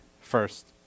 first